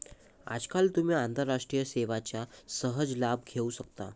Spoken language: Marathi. आजकाल तुम्ही आंतरराष्ट्रीय सेवांचा सहज लाभ घेऊ शकता